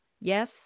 yes